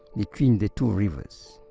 between the two rivers.